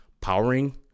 powering